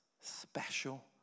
special